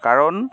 কাৰণ